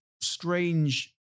strange